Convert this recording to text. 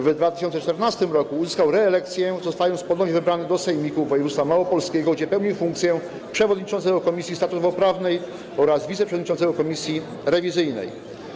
W 2014 r. uzyskał reelekcję, zostając ponownie wybranym do Sejmiku Województwa Małopolskiego, gdzie pełnił funkcję przewodniczącego Komisji Statutowo-Prawnej oraz wiceprzewodniczącego Komisji Rewizyjnej.